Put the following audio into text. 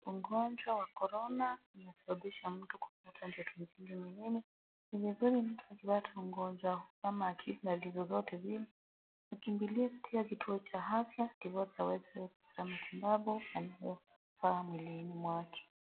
Ugonjwa wa korona inasababisha mtu kupata joto jingi mwilini ni vizuri mtu akipata ugonjwa kama kisa zozote zile, akimbilie kituo cha afya ndiposa aweze kupata matibabu na nufaa mwilini mwake.